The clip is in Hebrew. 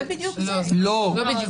לא.